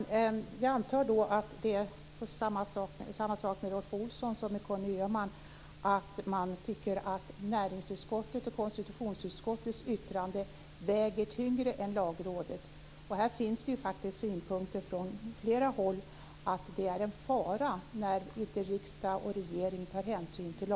Fru talman! Jag antar då att det är samma sak med Rolf Olsson som med Conny Öhman, nämligen att man tycker att näringsutskottet och konstitutionsutskottets yttranden väger tyngre än Lagrådets. Det finns ju faktiskt synpunkter från flera håll om att det är en fara när inte riksdag och regering tar hänsyn till